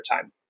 time